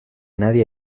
nadie